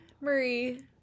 Marie